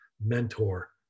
mentor